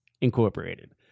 incorporated